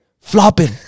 flopping